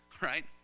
right